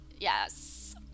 Yes